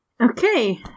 Okay